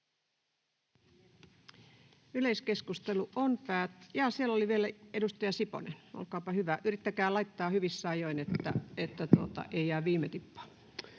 Yleiskeskustelu on... — Jaa, siellä oli vielä edustaja Siponen, olkaapa hyvä. Yrittäkää laittaa puheenvuoropyyntö hyvissä ajoin, että ei jää viime tippaan.